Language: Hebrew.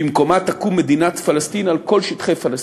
במקומה תקום מדינת פלסטין על כל שטחי פלסטין.